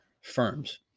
firms